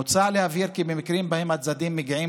מוצע להבהיר כי במקרים שבהם הצדדים מגיעים